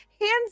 Hands